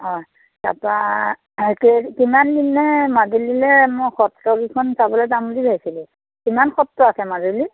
হয় তাৰপৰা কেই কিমান দিনে মাজুলীলৈ মোৰ সত্ৰকেইখন চাবলৈ যাম বুলি ভাবিছিলোঁ কিমান সত্ৰ আছে মাজুলীত